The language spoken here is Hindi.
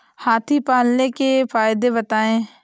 हाथी पालने के फायदे बताए?